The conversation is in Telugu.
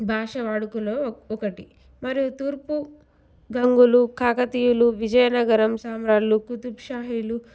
భాష వాడుకలో ఒకటి మరియు తూర్పు గంగులు కాకతీయులు విజయనగరం సామ్రాల్లు కుతుబ్షాహీలు